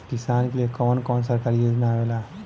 किसान के लिए कवन कवन सरकारी योजना आवेला?